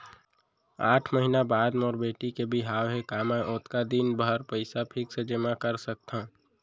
आठ महीना बाद मोर बेटी के बिहाव हे का मैं ओतका दिन भर पइसा फिक्स जेमा कर सकथव?